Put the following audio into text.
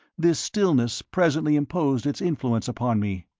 this stillness presently imposed its influence upon me,